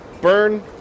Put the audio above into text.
Burn